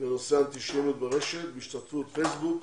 בנושא אנטישמיות ברשת בהשתתפות פייסבוק,